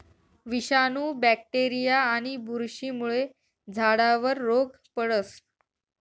विषाणू, बॅक्टेरीया आणि बुरशीमुळे झाडावर रोग पडस